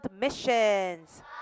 missions